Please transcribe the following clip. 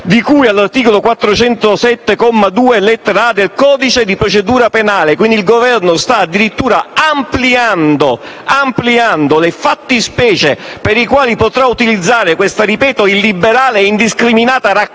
di cui all'articolo 407, comma 2, lettera *a),* del codice di procedura penale. Quindi, il Governo sta dirittura ampliando le fattispecie per le quali potrà utilizzare una illiberale e indiscriminata raccolta